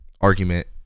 argument